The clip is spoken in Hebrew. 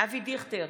אבי דיכטר,